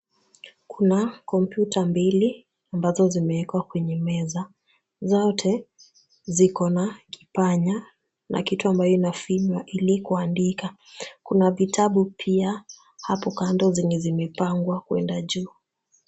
Kuna kompyuta mbili ambazo zimewekwa kwenye meza, zote ziko na kipanya na kitu ambayo inafinywa ili kuandika. Kuna vitabu pia hapo kando zenye zimepangwa kuenda juu.